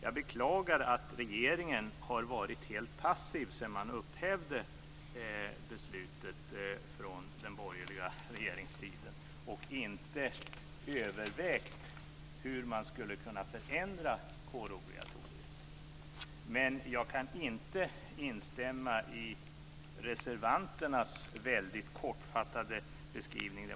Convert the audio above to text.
Jag beklagar att regeringen har varit helt passiv sedan man upphävde beslutet från den borgerliga regeringstiden och inte har övervägt hur man skulle kunna förändra kårobligatoriet, men jag kan inte instämma i reservanternas väldigt kortfattade beskrivning.